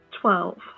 Twelve